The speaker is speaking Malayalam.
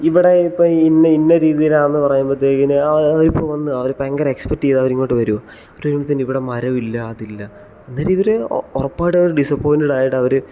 ഇവിടെ ഇപ്പം ഇന്ന ഇന്ന രീതിയിലാണെന്ന് പറയുമ്പത്തേക്കിനും അവർ അവരിപ്പം വന്ന് ഭയങ്കര എക്സ്പെക്ടിവ് ആയി അവരിങ്ങോട്ട് വരുവാണ് അവർ വരുമ്പത്തേന് ഇവിടെ മരമില്ല അതില്ല അന്നേരം ഇവർ ഉറപ്പായിട്ടും അവർ ഡിസപ്പൊയ്ൻറ്റഡ് ആയിട്ടവർ